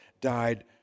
died